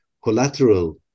collateral